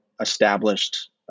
established